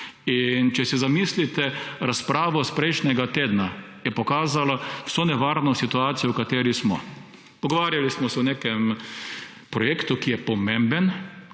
če si zamislite razpravo iz prejšnjega tedna, je pokazala vso nevarno situacijo, v kateri smo. Pogovarjali smo se o nekem projektu, ki je pomemben,